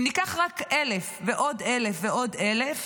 אם ניקח רק 1,000 ועוד 1,000 ועוד 1,000,